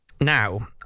Now